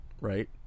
Right